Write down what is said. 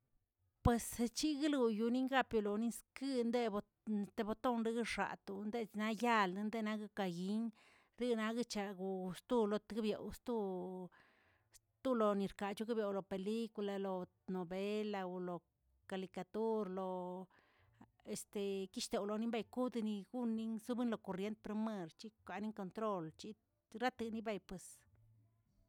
Pues chiglo yoningrapilo lonis indebo debotón yidexaton ded nayal nganaken ka yin riꞌiganaken chagoꞌll tgo lo tbeoꞌ sto sto lonirka chekeꞌbeo lo película lo novela wlo kalikatur lo kishteo lonibengudni gunin zobe lo korrient promarchi, kalen kontrol chi, raterey bepnapis.